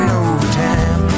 overtime